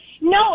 No